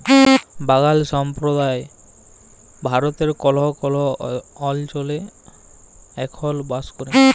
বাগাল সম্প্রদায় ভারতেল্লে কল্হ কল্হ অলচলে এখল বাস ক্যরে